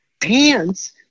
pants